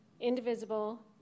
indivisible